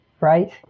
Right